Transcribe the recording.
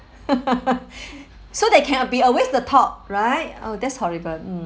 so they cannot be always the top right oh that's horrible mm